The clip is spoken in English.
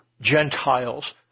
Gentiles